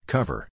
Cover